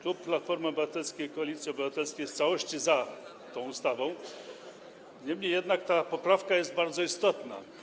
Klub Platformy Obywatelskiej - Koalicji Obywatelskiej jest w całości za tą ustawą, niemniej jednak ta poprawka jest bardzo istotna.